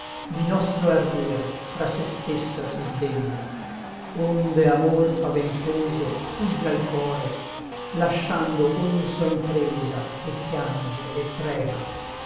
di nostro ardir fra se stessa si sdegna onde amor paventoso fugge al core lasciando ogni sua impresa et piange et trema